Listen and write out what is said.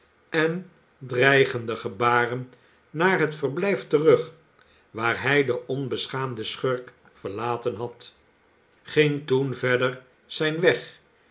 en dreigende gebaren naar het verblijf terug waar hij den onbeschaamden schurk verlaten had ging toen verder zijn weg